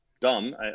dumb